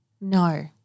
No